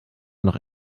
noch